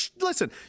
listen